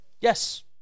yes